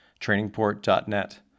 TrainingPort.net